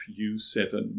U7